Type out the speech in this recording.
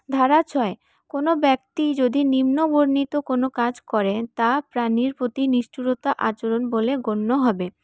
ধারা ছয় কোন ব্যক্তি যদি নিম্ন বর্ণিত কোন কাজ করেন তা প্রাণীর প্রতি নিষ্ঠুরতা আচরণ বলে গণ্য হবে